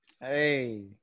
Hey